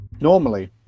Normally